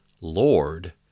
Lord